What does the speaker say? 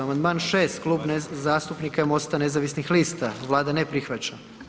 Amandman 6. Klub zastupnika MOST-a nezavisnih lista, Vlada ne prihvaća.